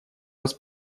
раз